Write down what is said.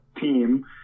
team